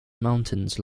mountains